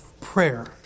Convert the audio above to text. prayer